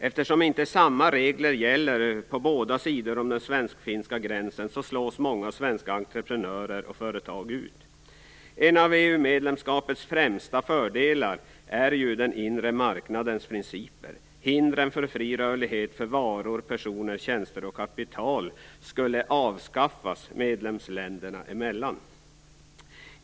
Eftersom inte samma regler gäller på båda sidor om den svensk-finska gränsen slås många svenska entreprenörer och företag ut. En av EU medlemskapets främsta fördelar är den inre marknadens principer. Hindren för fri rörlighet för varor, personer, tjänster och kapital skulle ju avskaffas medlemsländerna emellan.